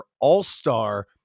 all-star